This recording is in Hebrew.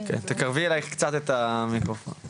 אז